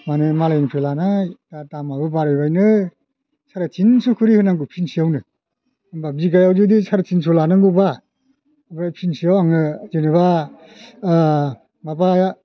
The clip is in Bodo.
माने मालायनिफ्राय लानाय आर दामाबो बारायबाय नो साराय थिनस' खुरि होनांगौ फिनसेयावनो होनबा बिघायाव जुदि साराय थिनस' लानांगौबा ओमफ्राय फिनसेयाव आङो जेनोबा माबाया